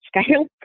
scale